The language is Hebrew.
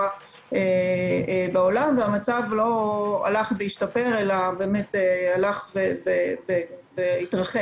בעולם והמצב לא הלך והשתפר אלא הלך והתרחב.